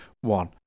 One